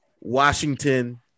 Washington